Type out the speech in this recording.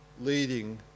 leading